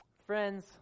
Friends